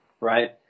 Right